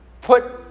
put